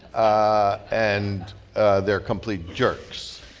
ah and ah they're complete jerks.